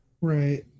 Right